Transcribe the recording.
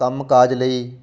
ਕੰਮ ਕਾਜ ਲਈ